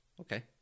Okay